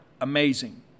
amazing